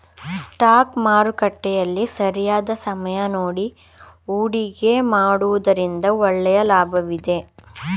stock ಮಾರುಕಟ್ಟೆಯಲ್ಲಿ ಸರಿಯಾದ ಸಮಯ ನೋಡಿ ಹೂಡಿಕೆ ಮಾಡುವುದರಿಂದ ಒಳ್ಳೆಯ ಲಾಭವಿದೆ